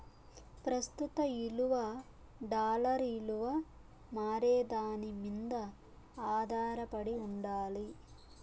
ప్రస్తుత ఇలువ డాలర్ ఇలువ మారేదాని మింద ఆదారపడి ఉండాలి